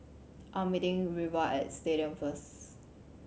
I am meeting Reva at Stadium first